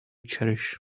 cherish